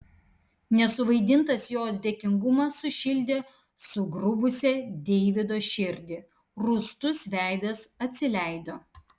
nesuvaidintas jos dėkingumas sušildė sugrubusią deivido širdį rūstus veidas atsileido